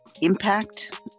impact